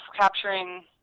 capturing